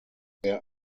there